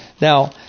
Now